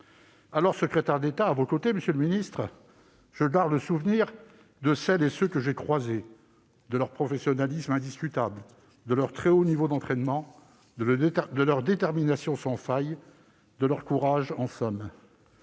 Alors secrétaire d'État à vos côtés, monsieur le ministre, je garde le souvenir de celles et de ceux que j'ai croisés, de leur professionnalisme indiscutable, de leur très haut niveau d'entraînement, de leur détermination sans faille, de leur courage en somme.